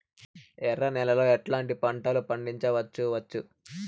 ఎర్ర నేలలో ఎట్లాంటి పంట లు పండించవచ్చు వచ్చు?